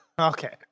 okay